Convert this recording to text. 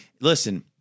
Listen